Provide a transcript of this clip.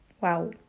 wow